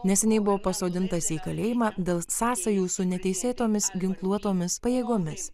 neseniai buvo pasodintas į kalėjimą dėl sąsajų su neteisėtomis ginkluotomis pajėgomis